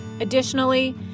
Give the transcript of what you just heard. Additionally